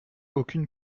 aucune